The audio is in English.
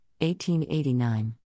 1889